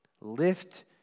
lift